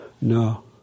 No